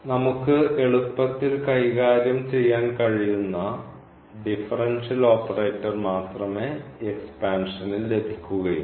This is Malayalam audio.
നമുക്ക് എളുപ്പത്തിൽ കൈകാര്യം ചെയ്യാൻ കഴിയുന്ന ഡിഫറൻഷ്യൽ ഓപ്പറേറ്റർ മാത്രമേ എക്സ്പാൻഷനിൽ ലഭിക്കുകയുള്ളൂ